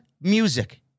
music